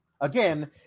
Again